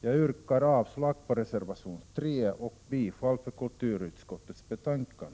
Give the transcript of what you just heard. Jag yrkar avslag på reservation nr 3 och bifall till kulturutskottets hemställan.